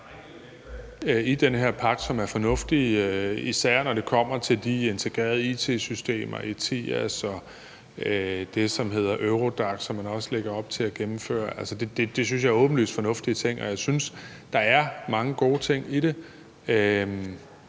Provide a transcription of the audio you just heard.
i den her pagt, som er fornuftige, især når det kommer til de integrerede it-systemer, ETIAS og det, som hedder Eurodac, som man også lægger op til at gennemføre. Det synes jeg er åbenlyst fornuftige ting, og jeg synes, der er mange gode ting i det,